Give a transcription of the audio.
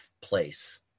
place